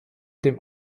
dem